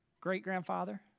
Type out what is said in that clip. great-grandfather